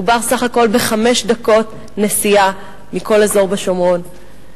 מדובר בסך הכול בחמש דקות נסיעה מכל אזור בשומרון.